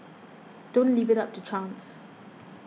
don't leave it up to chance